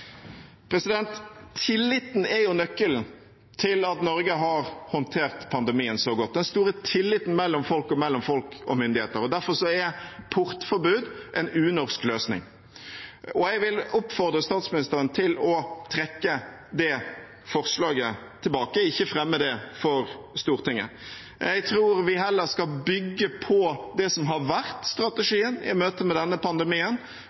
er nøkkelen til at Norge har håndtert pandemien så godt, den store tilliten mellom folk og mellom folk og myndigheter. Derfor er portforbud en unorsk løsning. Jeg vil oppfordre statsministeren til å trekke det forslaget og ikke fremme det for Stortinget. Jeg tror vi heller skal bygge på det som har vært strategien i møte med denne pandemien,